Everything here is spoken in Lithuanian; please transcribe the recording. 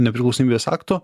nepriklausomybės akto